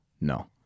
No